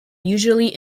usually